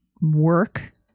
work